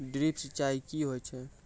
Drip सिंचाई कि होय छै?